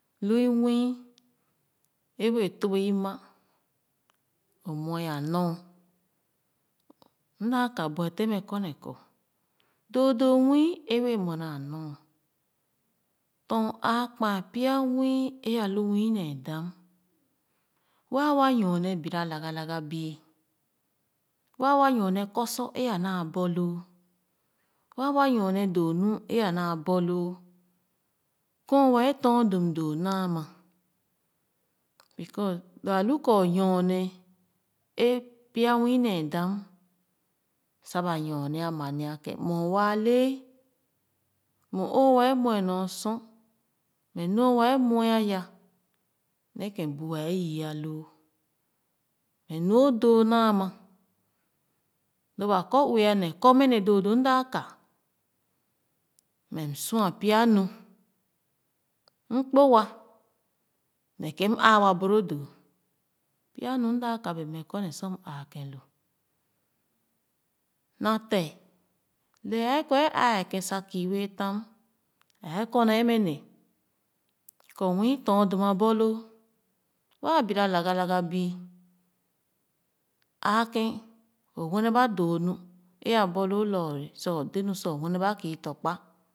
Lu i nwii é wɛɛ tobo ima o muɛ a nor m daa ka buefen mɛ korne kɔ doo doo nwii ē wɛɛ wena a nor tɔn aakpa pya nwii ē alu nwii nee dam waa wa nyorne bira lagadaga bii waa wa nyorne doo nu ē a naa borhoo kèn wɛɛ tɔn dum doo naa ma because lo alu kɔ nyorne ē pya nwii nee-dam sa ba nyornee mama kén mɛ waale mɛ wɛɛ muɛ naa o sor mɛ nu wɛɛ muɛ aya ne-ghe bu ē yèèa loo mɛ nu o doo naa ma lo ba kɔ ue ale kɔ mɛ ne doo doo m daa ka mɛ m sua pya nu m kpuwa ne kèn m aa wa boro doo pya nu m daa ka wɛɛ mɛ kɔne su m āākèn lo naate lee a kɔ ē āākèn sa kiiwe tam ɛɛ kɔne mɛ ne kɔ nwii tɔn dum a borloo waa bira laga laga bii aakèn o. Wɛne ba doo nu ē aborloo lɔɔre sa o dē nu sa o wéne ba kii tɔ̄kpa.